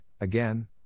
again